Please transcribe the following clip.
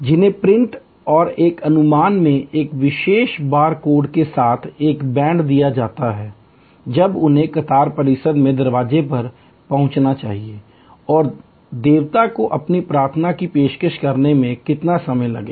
उन्हें प्रिंट और एक अनुमान में एक विशेष बार कोड के साथ एक बैंड दिया जाता है जब उन्हें कतार परिसर के दरवाजे पर पहुंचना चाहिए और देवता को अपनी प्रार्थना की पेशकश करने में कितना समय लगेगा